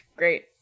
Great